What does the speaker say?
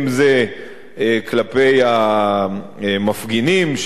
אם כלפי המפגינים,